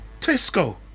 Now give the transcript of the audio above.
Tesco